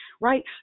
right